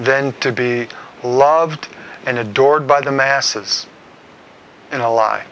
then to be loved and adored by the masses in a lie